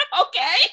Okay